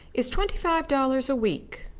is twenty-five dollars a week.